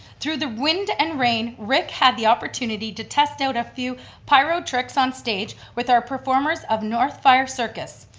through the wind and rain, rick had the opportunity to test out a few piro tricks on stage with our performers of north fire circus,